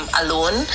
alone